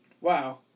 wow